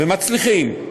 ומצליחים.